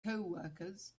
coworkers